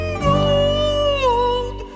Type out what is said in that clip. gold